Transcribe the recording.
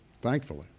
Thankfully